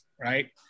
right